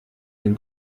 den